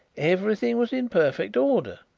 everything was in perfect order.